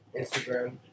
Instagram